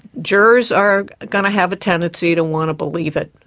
jurors are going to have a tendency to want to believe it.